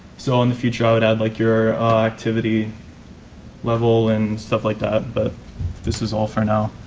so in the future i would add like your activity level and stuff like that. but this is all for now.